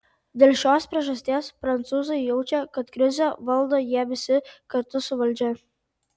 dėl šios priežasties prancūzai jaučia kad krizę valdo jie visi kartu su valdžia